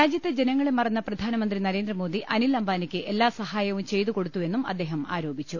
രാജ്യത്തെ ജനങ്ങളെ മറന്ന പ്രധാനമന്ത്രി നരേന്ദ്രമോദി അനിൽഅംബാനിക്ക് എല്ലാ സഹാ യവും ചെയ്തു കൊടുത്തുവ്പെന്നും അദ്ദേഹം ആരോപിച്ചു